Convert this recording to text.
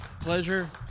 Pleasure